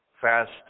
fast